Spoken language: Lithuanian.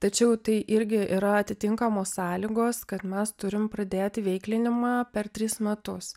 tačiau tai irgi yra atitinkamos sąlygos kad mes turim pradėti veiklinimą per tris metus